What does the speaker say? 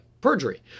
perjury